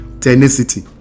Tenacity